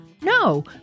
no